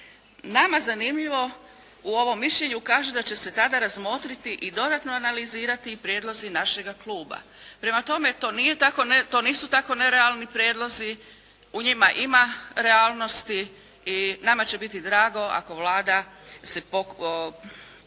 nama zanimljivo, u ovom mišljenju kaže da će se tada razmotriti i dodatno analizirati prijedlozi našega kluba. Prema tome, to nisu tako nerealni prijedlozi, u njima ima realnosti i nama će biti drago ako Vlada se posluži